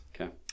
Okay